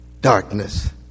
darkness